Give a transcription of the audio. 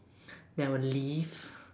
then I will leave